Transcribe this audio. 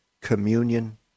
communion